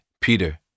Peter